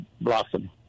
blossom